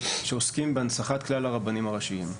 שעוסקים בהנצחת כלל הרבנים הראשיים,